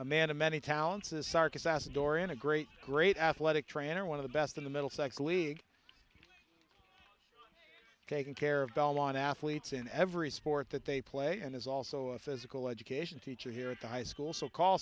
a man of many talents is sarkis as a door in a great great athletic trainer one of the best in the middle sex league taking care of ball on athletes in every sport that they play and is also a physical education teacher here at the high school so call